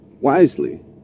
wisely